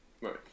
right